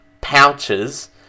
pouches